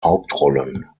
hauptrollen